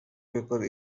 paper